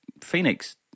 Phoenix